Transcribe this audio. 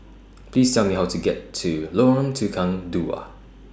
Please Tell Me How to get to Lorong Tukang Dua